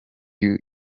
you